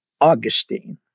Augustine